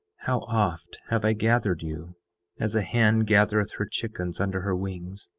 how oft have i gathered you as a hen gathereth her chickens under her wings,